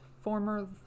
former